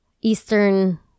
eastern